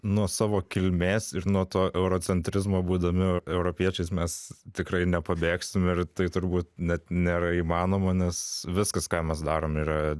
nuo savo kilmės ir nuo to eurocentrizmo būdami europiečiais mes tikrai nepabėgsim ir tai turbūt net nėra įmanoma nes viskas ką mes darom yra